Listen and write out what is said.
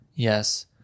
Yes